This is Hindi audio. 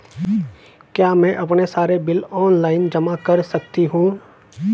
क्या मैं अपने सारे बिल ऑनलाइन जमा कर सकती हूँ?